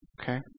Okay